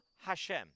Hashem